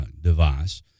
device